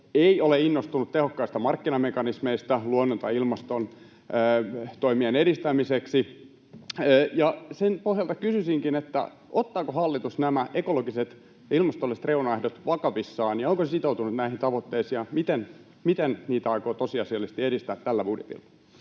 ei ole innostunut tehokkaista markkinamekanismeista luonto- tai ilmastotoimien edistämiseksi. Sen pohjalta kysyisinkin: Ottaako hallitus nämä ekologiset ja ilmastolliset reunaehdot vakavissaan? Onko se sitoutunut näihin tavoitteisiin ja miten aikoo niitä tosiasiallisesti edistää tällä budjetilla?